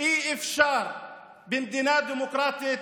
אי-אפשר במדינה דמוקרטית